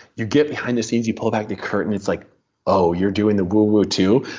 you get behind the scenes, you pull back the curtain, it's like oh, you're doing the woo-woo, too?